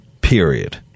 period